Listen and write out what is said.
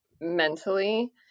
mentally